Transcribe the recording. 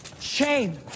shame